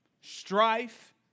strife